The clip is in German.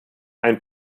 ein